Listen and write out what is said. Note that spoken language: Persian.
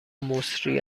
مسری